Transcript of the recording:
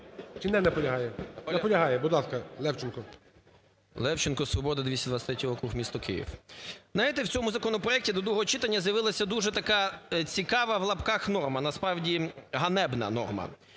Чи не наполягає? Наполягає. Будь ласка, Левченко. 16:41:01 ЛЕВЧЕНКО Ю.В. Левченко, "Свобода", 223-й округ, місто Київ. Знаєте, в цьому законопроекті до другого читання з'явилася дуже така цікава в лапках норма, насправді, ганебна норма.